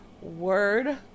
word